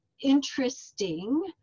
interesting